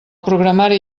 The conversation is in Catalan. programari